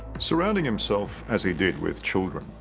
surrounding himself as he did with children,